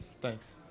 Thanks